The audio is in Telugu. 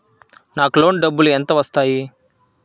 నాకు లోన్ డబ్బులు ఎంత వస్తాయి?